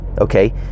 okay